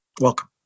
Welcome